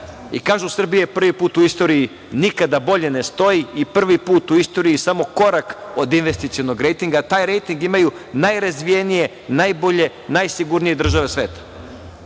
Kažu, Srbija prvi put u istoriji nikada bolje ne stoji i prvi put u istoriji je samo korak od investicionog rejtinga. Taj rejting imaju najrazvijenije, najbolje, najsigurnije države